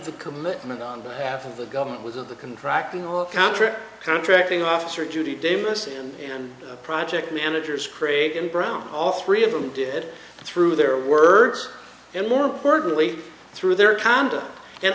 the commitment on behalf of the government was in the contract in the contract contracting officer judy davis and project managers craig and brown all three of them did through their words and more importantly through their conduct and